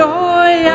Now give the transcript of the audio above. joy